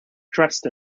dressed